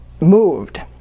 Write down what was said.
moved